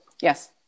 Yes